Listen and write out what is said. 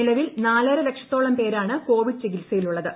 നിലവിൽ നാലര ലക്ഷത്തോളം പേരാണ് കോവിഡ് ച്ചികിത്സയിലുള്ളത്